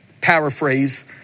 paraphrase